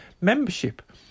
membership